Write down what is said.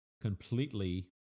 completely